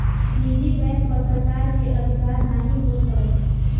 निजी बैंक पअ सरकार के अधिकार नाइ होत हवे